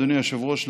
אדוני היושב-ראש,